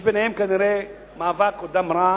יש ביניהם כנראה מאבק או דם רע